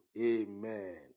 Amen